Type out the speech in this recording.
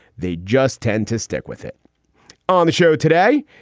they just tend to stick with it on the show today.